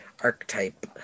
archetype